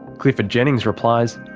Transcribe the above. clifford jennings replies,